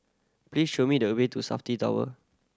please show me the way to Safti Tower